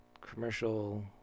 commercial